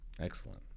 Excellent